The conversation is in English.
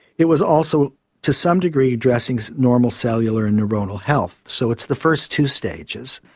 it was also to some degree addressing so normal cellular and neuronal health. so it's the first two stages.